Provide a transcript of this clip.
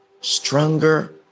stronger